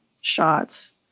shots